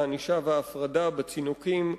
הענישה וההפרדה בצינוקים,